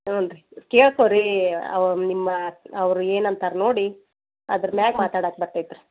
ಹ್ಞೂ ರೀ ಕೇಳ್ಕೊ ರೀ ಅವು ನಿಮ್ಮ ಅವ್ರು ಏನಂತಾರೆ ನೋಡಿ ಅದ್ರ ಮೇಲೆ ಮಾತಾಡೋಕ್ ಬರ್ತದ್ ರೀ